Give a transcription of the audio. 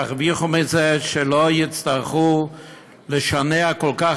ירוויחו מזה שלא יצטרכו לשנע כל כך